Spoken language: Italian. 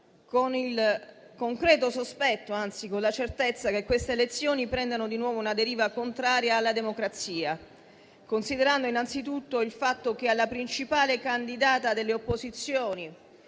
con il concreto sospetto, anzi con la certezza, che queste elezioni prendano di nuovo una deriva contraria alla democrazia, considerando innanzitutto il fatto che alla principale candidata delle opposizioni